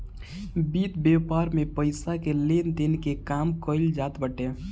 वित्त व्यापार में पईसा के लेन देन के काम कईल जात बाटे